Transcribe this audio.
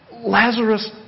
Lazarus